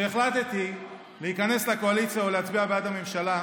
כשהחלטתי להיכנס לקואליציה ולהצביע בעד הממשלה,